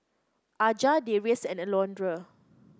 Aja Darius and Alondra